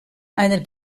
einer